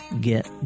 get